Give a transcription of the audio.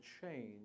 change